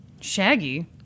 Shaggy